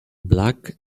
black